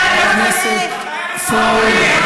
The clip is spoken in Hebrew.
חבר הכנסת פורר.